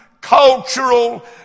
cultural